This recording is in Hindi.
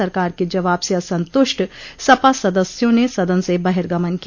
सरकार के जवाब से असंतुष्ट सपा सदस्यों ने सदन से बर्हिगमन किया